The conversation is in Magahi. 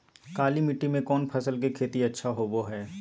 काली मिट्टी में कौन फसल के खेती अच्छा होबो है?